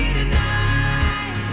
tonight